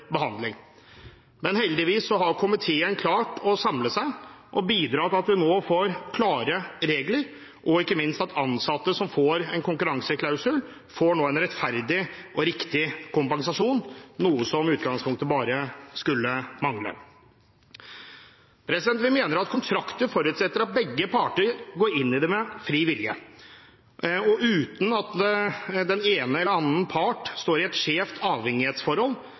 behandling. Men heldigvis har komiteen klart å samle seg og bidratt til at vi nå får klare regler, og ikke minst at ansatte som får konkurranseklausul, nå får en rettferdig og riktig kompensasjon, noe som i utgangspunktet bare skulle mangle. Vi mener at kontrakter forutsetter at begge parter går inn i det med fri vilje, uten at den ene parten står i et skjevt avhengighetsforhold